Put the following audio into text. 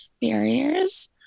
barriers